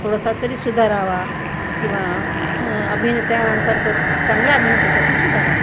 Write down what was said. थोडासा तरी सुधारावा किंवा अभिनेत्यांसारखं चांगल्या अभिनेत्यासारखं सुधारावा